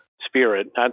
Spirit